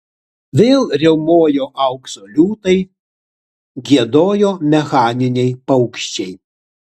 vėl riaumojo aukso liūtai giedojo mechaniniai paukščiai